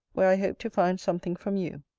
where i hope to find something from you.